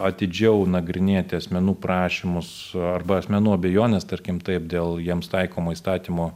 atidžiau nagrinėti asmenų prašymus arba asmenų abejones tarkim taip dėl jiems taikomo įstatymo